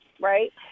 right